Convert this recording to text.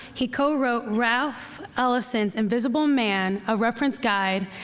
he co-wrote ralph ellison's invisible man, a reference guide,